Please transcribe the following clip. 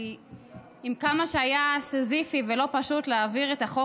כי עם כמה שהיה סיזיפי ולא פשוט להעביר את החוק